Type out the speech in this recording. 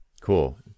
Cool